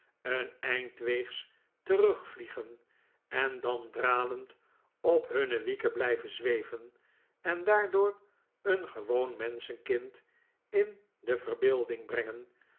een eind weegs terugvliegen en dan dralend op hunne wieken blyven zweven en daardoor een gewoon menschenkind in de verbeelding brengen